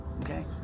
Okay